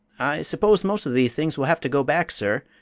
suppose most of these things will have to go back, sir,